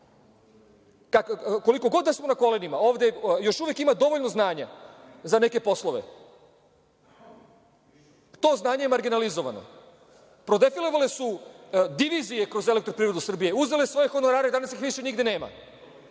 Koliko god da smo na kolenima ovde još uvek ima dovoljno znanja za neke poslove. To znanje je marginalizovano. Prodefilovale su divizije kroz EPS, uzeli svoje honorare, a danas ih više nigde nema. Da